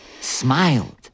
smiled